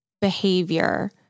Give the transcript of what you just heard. behavior